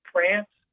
France